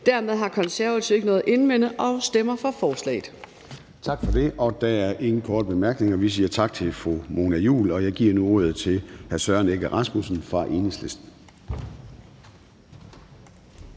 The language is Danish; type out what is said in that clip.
Dermed har Konservative ikke noget at indvende, og vi stemmer for forslaget. Kl. 10:20 Formanden (Søren Gade): Tak for det. Der er ingen korte bemærkninger. Vi siger tak til fru Mona Juul, og jeg giver nu ordet til hr. Søren Egge Rasmussen fra Enhedslisten.